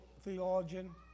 theologian